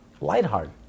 lighthearted